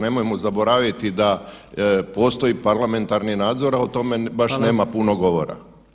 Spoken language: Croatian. Nemojmo zaboraviti da postoji parlamentarni nadzor, [[Upadica: Hvala]] a o tome baš nema puno govora.